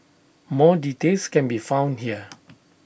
more details can be found here